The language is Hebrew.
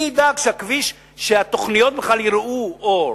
מי ידאג שהתוכניות יראו בכלל אור,